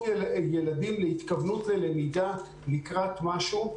ילדים להתכוונות ללמידה לקראת משהו.